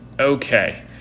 Okay